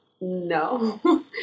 no